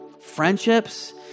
friendships